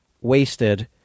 wasted